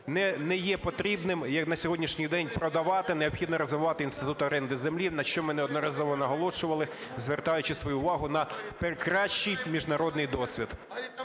не є потрібним на сьогоднішній день продавати, необхідно розвивати інститут оренди землі, на що ми неодноразово наголошували, звертаючи свою увагу на кращий міжнародний досвід.